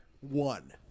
One